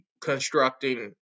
constructing